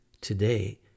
Today